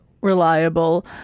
reliable